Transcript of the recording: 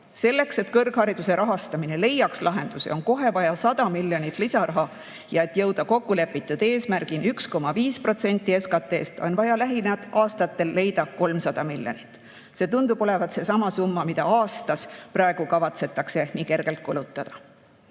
Selleks, et kõrghariduse rahastamine leiaks lahendusi, on kohe vaja 100 miljonit lisaraha. Ja et jõuda kokkulepitud eesmärgini, 1,5% SKT-st, on vaja lähiaastatel leida 300 miljonit. See tundub olevat seesama summa, mida aastas praegu kavatsetakse nii kergelt kulutada. Õpetajate